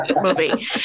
movie